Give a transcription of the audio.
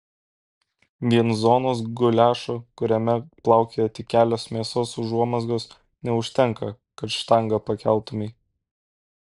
vien zonos guliašo kuriame plaukioja tik kelios mėsos užuomazgos neužtenka kad štangą pakeltumei